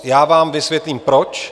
Já vám vysvětlím, proč.